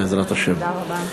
בעזרת השם.